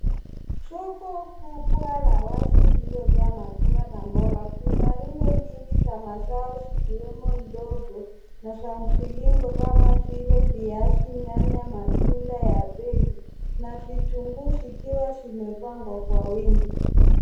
Soko kubwa la wazi lililojaa matunda na mboga. Kuna rundo nyingi za mazao zikiwemo ndogo na za mviringo kama vile viazi, nyanya, matunda ya beli na vitunguu zikiwa zimepangwa kwa wingi.